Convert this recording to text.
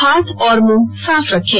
हाथ और मुंह साफ रखें